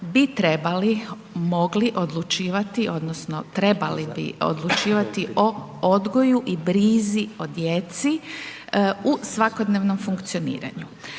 bi trebali, mogli odlučivati odnosno trebali bi odlučivati o odgoju i brizi o djecu u svakodnevnom funkcioniranju.